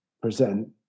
Present